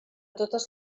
totes